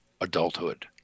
Adulthood